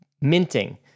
minting